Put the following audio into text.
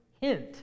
hint